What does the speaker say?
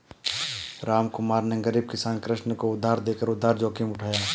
रामकुमार ने गरीब किसान कृष्ण को उधार देकर उधार जोखिम उठाया